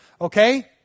okay